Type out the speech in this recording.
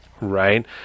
right